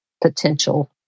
potential